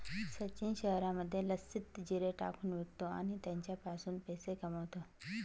सचिन शहरामध्ये लस्सीत जिरे टाकून विकतो आणि त्याच्यापासून पैसे कमावतो